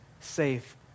safe